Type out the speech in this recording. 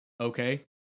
okay